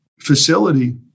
facility